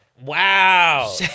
Wow